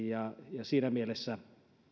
ja ja siinä mielessä